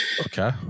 okay